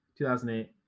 2008